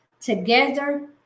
together